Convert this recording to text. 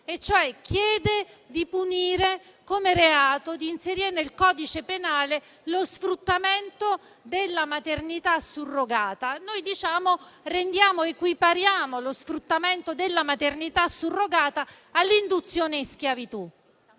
cioè di punire come reato e di inserire nel codice penale lo sfruttamento della maternità surrogata. Noi equipariamo lo sfruttamento della maternità surrogata all'induzione in schiavitù.